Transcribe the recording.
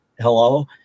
Hello